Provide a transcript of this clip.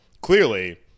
clearly